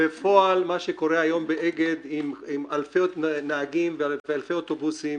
בפועל מה שקורה היום באגד עם אלפי נהגים ואלפי אוטובוסים